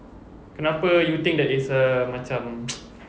kenapa you think that it's a macam